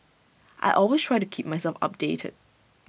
I always try to keep myself updated